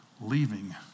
leaving